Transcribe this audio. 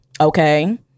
okay